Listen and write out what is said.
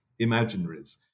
imaginaries